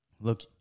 look